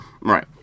Right